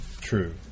true